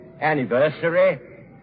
anniversary